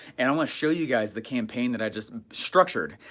and i'm gonna show you guys the campaign that i just structured.